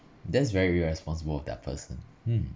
that's very irresponsible of that person mm